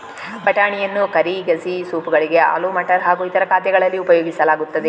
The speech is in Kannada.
ಬಟಾಣಿಯನ್ನು ಕರಿ, ಗಸಿ, ಸೂಪ್ ಗಳಿಗೆ, ಆಲೂ ಮಟರ್ ಹಾಗೂ ಇತರ ಖಾದ್ಯಗಳಲ್ಲಿ ಉಪಯೋಗಿಸಲಾಗುತ್ತದೆ